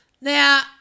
Now